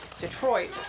Detroit